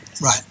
Right